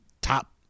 top